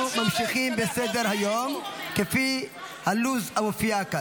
וקואליציות נופלות, התשובה היא: ככה, בדיוק ככה.